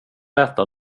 äta